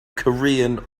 korean